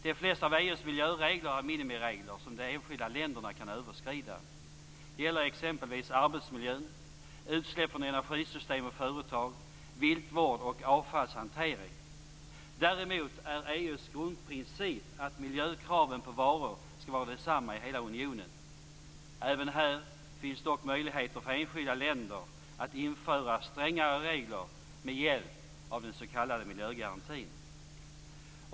De flesta av EU:s miljöregler är minimiregler som de enskilda länderna kan överskrida. Det gäller exempelvis arbetsmiljö, utsläpp från energisystem och företag, viltvård och avfallshantering. Däremot är EU:s grundprincip att miljökraven på varor skall vara desamma i hela unionen. Även här finns dock möjligheter för enskilda länder att införa strängare regler med hjälp av den s.k. miljögarantin.